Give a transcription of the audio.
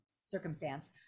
circumstance